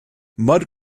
mud